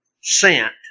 sent